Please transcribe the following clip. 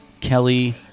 kelly